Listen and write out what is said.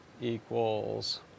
equals